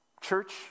church